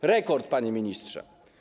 To rekord, panie ministrze.